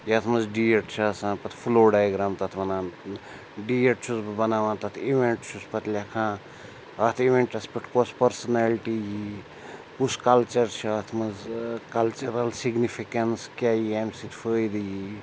یَتھ منٛز ڈیٹ چھِ آسان پَتہٕ فُلو ڈایگرٛام تَتھ وَنان ڈیٹ چھُس بہٕ بَناوان تَتھ اِوینٛٹ چھُس پَتہٕ لیٚکھان اَتھ اِوینٹَس پٮ۪ٹھ کۄس پٔرسٕنیلٹی یی کُس کَلچَر چھُ اَتھ منٛز کَلچرَل سِگنِفِکیٚنٕس کیاہ یی اَمہِ سۭتۍ فٲیدٕ یی